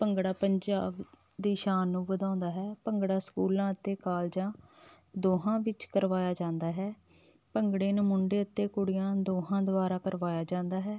ਭੰਗੜਾ ਪੰਜਾਬ ਦੀ ਸ਼ਾਨ ਨੂੰ ਵਧਾਉਂਦਾ ਹੈ ਭੰਗੜਾ ਸਕੂਲਾਂ ਅਤੇ ਕਾਲਜਾਂ ਦੋਹਾਂ ਵਿੱਚ ਕਰਵਾਇਆ ਜਾਂਦਾ ਹੈ ਭੰਗੜੇ ਨੂੰ ਮੁੰਡੇ ਅਤੇ ਕੁੜੀਆਂ ਦੋਹਾਂ ਦੁਆਰਾ ਕਰਵਾਇਆ ਜਾਂਦਾ ਹੈ